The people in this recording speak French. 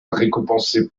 récompensé